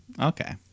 Okay